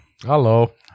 Hello